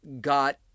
got